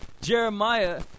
Jeremiah